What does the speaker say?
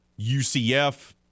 UCF